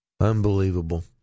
Unbelievable